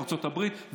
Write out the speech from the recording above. ארצות הברית,